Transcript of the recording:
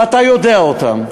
ואתה יודע אותם.